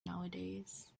nowadays